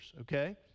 okay